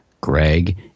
Greg